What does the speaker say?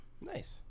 Nice